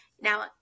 now